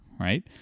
Right